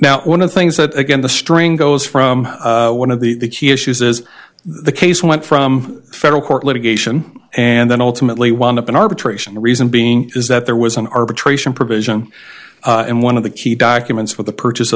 now one of the things that again the string goes from one of the issues is the case went from federal court litigation and then ultimately want up in arbitration the reason being is that there was an arbitration provision in one of the key documents for the purchase